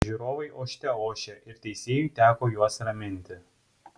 žiūrovai ošte ošė ir teisėjui teko juos raminti